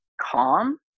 calm